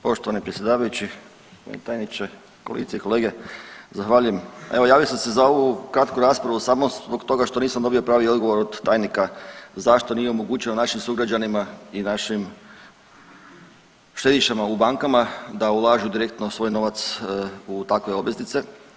Poštovani predsjedavajući, tajniče, kolegice i kolege zahvaljujem, evo javio sam se za ovu kratku raspravu samo zbog toga što nisam dobio pravi odgovor od tajnika zašto nije omogućio našim sugrađanima i našim štedišama u bankama da ulažu direktno svoj novac u takve obveznice.